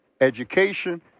education